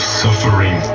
suffering